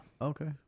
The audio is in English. Okay